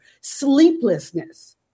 sleeplessness